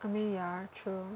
I mean ya true